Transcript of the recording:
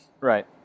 Right